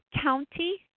County